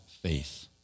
faith